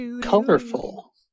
colorful